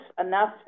enough